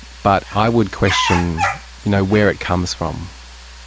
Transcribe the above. but i would question you know where it comes from.